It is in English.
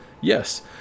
Yes